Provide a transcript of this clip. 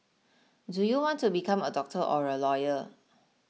do you want to become a doctor or a lawyer